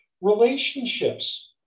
relationships